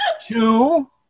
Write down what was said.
two